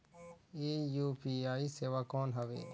ये यू.पी.आई सेवा कौन हवे?